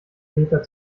peter